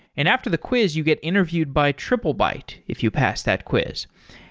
and after the quiz you get interviewed by triplebyte if you pass that quiz.